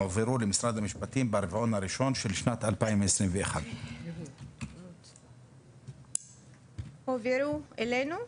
הן הועברו למשרד המשפטים ברבעון הראשון של שנת 2021. הועברו אלינו.